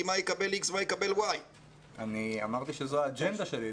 מה יקבל X ומה יקבל Y. אמרתי שזאת האג'נדה שלי,